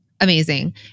amazing